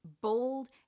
bold